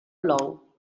plou